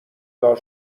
دار